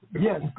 yes